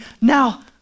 now